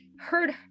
heard